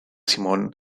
simón